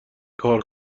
کار